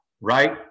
right